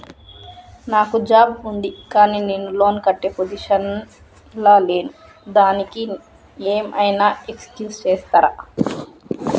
నాకు జాబ్ ఉంది కానీ నేను లోన్ కట్టే పొజిషన్ లా లేను దానికి ఏం ఐనా ఎక్స్క్యూజ్ చేస్తరా?